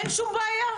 אין שום בעיה.